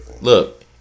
Look